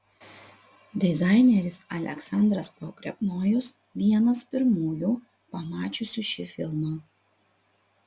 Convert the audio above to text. dizaineris aleksandras pogrebnojus vienas pirmųjų pamačiusių šį filmą